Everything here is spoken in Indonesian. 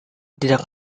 tidak